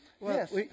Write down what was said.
Yes